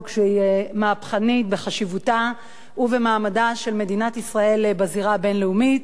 מהפכנית בחשיבותה ובמעמדה של מדינת ישראל בזירה הבין-לאומית.